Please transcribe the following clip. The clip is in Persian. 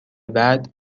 بعد